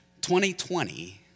2020